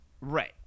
Right